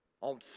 on